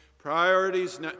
Priorities